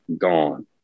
gone